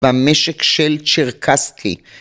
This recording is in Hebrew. במשק של צ'רקסקי